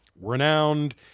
Renowned